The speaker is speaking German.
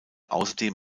außerdem